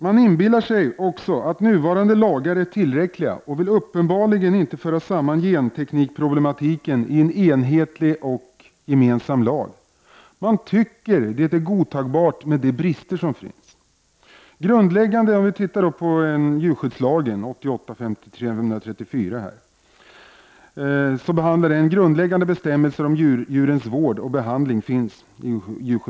Man inbillar sig också att nuvarande lagar är tillräckliga, och man vill uppenbarligen inte föra samman genteknikproblematiken i en enhetlig och gemensam lag. Man tycker att det är godtagbart med de brister som finns. I djurskyddslagen, SFS 1988:534, finns grundläggande bestämmelser om djurens vård och behandling.